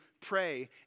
pray